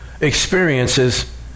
experiences